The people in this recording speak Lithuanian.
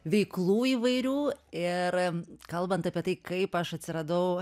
veiklų įvairių ir kalbant apie tai kaip aš atsiradau